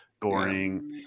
boring